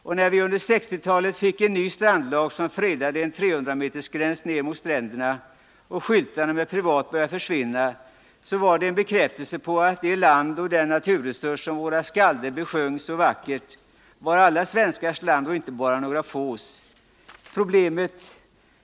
Och när vi under 1960-talet fick en ny strandlag som fredade området innanför en 300-metersgräns från stränderna och skyltarna med ”Privat” började försvinna var det en bekräftelse på att det land och den natur som våra skalder besjöng så vackert var alla svenskars och inte bara tillhörde några få.